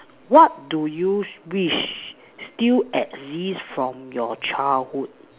what do you wish still exist from your childhood